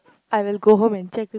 I will go home and check